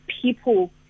people